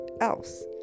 else